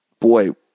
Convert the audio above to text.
boy